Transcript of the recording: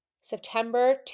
September